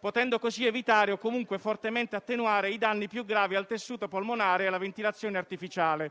potendo così evitare, o comunque fortemente attenuare, i danni più gravi al tessuto polmonare per effetto della ventilazione artificiale.